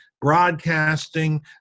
broadcasting